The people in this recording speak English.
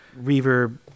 reverb